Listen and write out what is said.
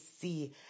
see